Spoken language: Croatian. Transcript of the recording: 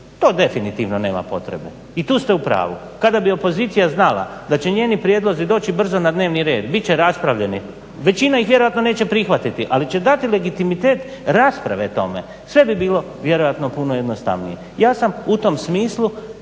to definitivno nema potrebe i tu ste u pravu. Kada bi opozicija znala da će njeni prijedlozi doći brzo na dnevni red bit će raspravljeni. Većina ih vjerojatno neće prihvatiti ali će dati legitimitet rasprave tome. Sve bi bilo vjerojatno puno jednostavnije. Ja sam u tom smislu